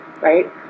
right